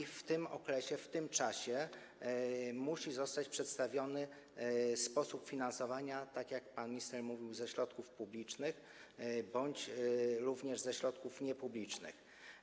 I w tym okresie, w tym czasie musi zostać przedstawiony sposób finansowania, tak jak pan minister mówił, ze środków publicznych bądź również ze środków niepublicznych.